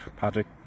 Patrick